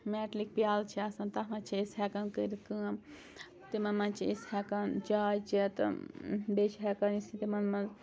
مٮ۪ٹلٕکۍ پیٛالہٕ چھِ آسان تَتھ منٛز چھِ أسۍ ہٮ۪کان کٔرِتھ کٲم تِمَن منٛز چھِ أسۍ ہٮ۪کان چاے چٮ۪تھ بیٚیہِ چھِ ہٮ۪کان یُس تِمَن منٛز